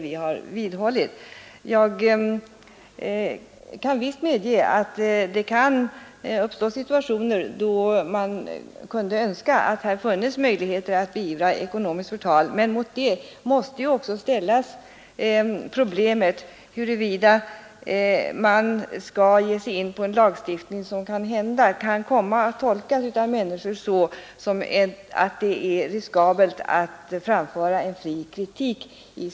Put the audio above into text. Jag kan visst medge att det kan uppstå situationer, då man kunde önska att det funnes möjligheter att beivra ekonomiskt förtal, men mot det måste också ställas problemet huruvida man skall ge sig in på en lagstiftning som kanhända kan komma att tolkas av människor som att det är riskabelt att framföra en fri kritik.